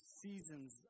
seasons